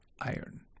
iron